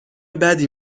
بدی